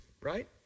right